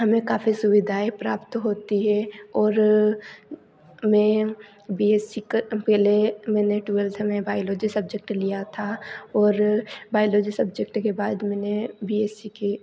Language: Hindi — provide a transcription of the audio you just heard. हमें काफी सुविधाएँ प्राप्त होती हैं और मैं बीएससी क पहले मैंने ट्वेल्थ में बायलॉजी सब्जेक्ट लिया था और बायलॉजी सब्जेक्ट के बाद मैंने बीएससी की